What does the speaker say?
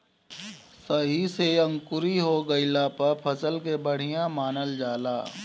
सही से अंकुरी हो गइला पर फसल के बढ़िया मानल जाला